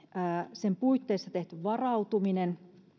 sen puitteissa tehty varautuminen